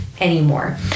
anymore